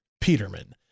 Peterman